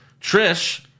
Trish